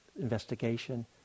investigation